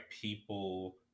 people